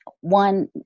one